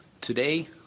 Today